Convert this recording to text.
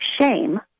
shame